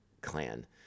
clan